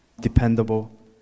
dependable